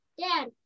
Dad